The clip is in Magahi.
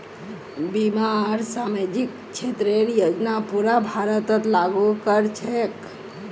बीमा आर सामाजिक क्षेतरेर योजना पूरा भारतत लागू क र छेक